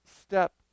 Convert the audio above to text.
step